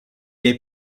est